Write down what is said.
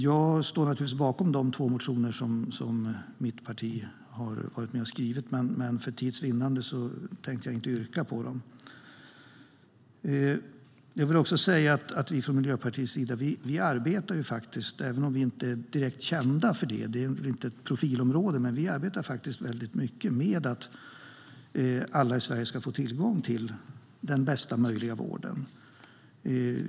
Jag står naturligtvis bakom de två motioner som mitt parti har varit med och skrivit, men för tids vinnande tänker jag inte yrka bifall till dem. Miljöpartiet arbetar väldigt mycket med att alla i Sverige ska få tillgång till den bästa möjliga vården, även om vi inte direkt är kända för det - det är väl inte vårt profilområde.